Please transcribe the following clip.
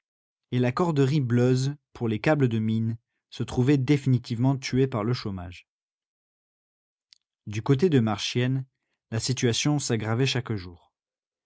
et la corderie bleuze pour les câbles de mine se trouvait définitivement tuée par le chômage du côté de marchiennes la situation s'aggravait chaque jour